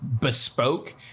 bespoke